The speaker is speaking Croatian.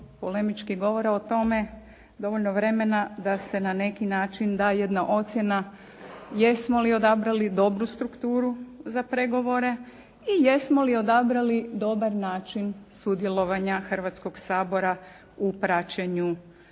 polemičkih govora o tome, dovoljno vremena da se na neki način da jedna ocjena jesmo li odabrali dobru strukturu za pregovore i jesmo li odabrali dobar način sudjelovanja Hrvatskog sabora u praćenju,